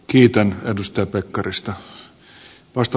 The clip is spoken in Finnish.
kiitän edustaja pekkarista